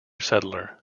settler